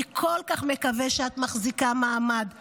אני כל כך מקווה שאת מחזיקה מעמד שם.